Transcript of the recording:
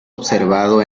observado